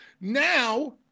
Now